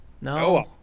No